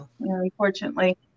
Unfortunately